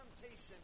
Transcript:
temptation